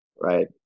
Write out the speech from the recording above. right